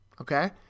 okay